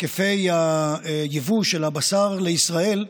היקפי היבוא של הבשר לישראל,